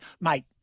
mate